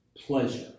pleasure